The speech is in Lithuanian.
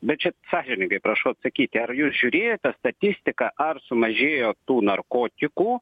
bet čia sąžiningai prašau atsakyti ar jūs žiūrėjote statistiką ar sumažėjo tų narkotikų